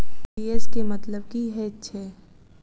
TGS केँ मतलब की हएत छै?